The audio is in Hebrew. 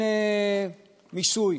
מיסוי.